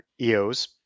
eos